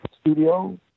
studio